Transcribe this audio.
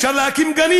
אפשר להקים גנים.